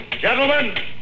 Gentlemen